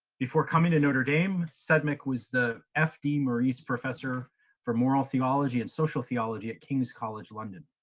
before coming to notre dame, sedmick was the fd maurice professor for moral theology and social theology at king's college london.